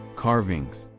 carvings,